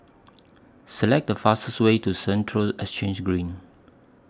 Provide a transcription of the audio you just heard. Select The fastest Way to Central Exchange Green